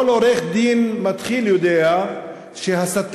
כל עורך-דין מתחיל יודע שהסתה,